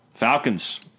Falcons